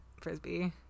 frisbee